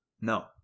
No